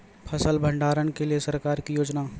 फसल भंडारण के लिए सरकार की योजना?